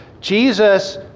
Jesus